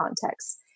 context